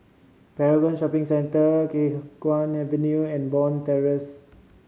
Paragon Shopping Centre Khiang Guan Avenue and Bond Terrace